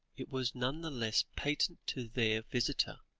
it was none the less patent to their visitor,